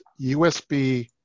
USB